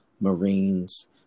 Marines